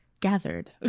gathered